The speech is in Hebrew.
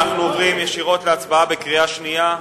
אנחנו עוברים ישירות להצבעה בקריאה שנייה.